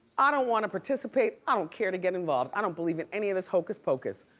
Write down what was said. i don't want to participate. i don't care to get involved. i don't believe in any of this hocus pocus.